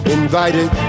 invited